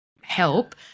Help